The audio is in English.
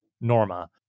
Norma